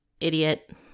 idiot